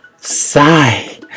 Sigh